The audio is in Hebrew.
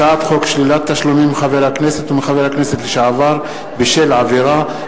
הצעת חוק שלילת תשלומים מחבר הכנסת ומחבר הכנסת לשעבר בשל עבירה,